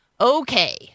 okay